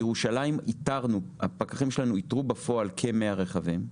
בירושלים הפקחים שלנו איתרו בפועל כ-100 רכבים,